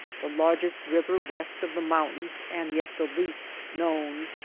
the largest river west of the mountains and yet the least known.